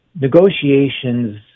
Negotiations